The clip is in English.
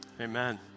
Amen